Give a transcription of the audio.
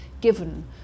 given